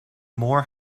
more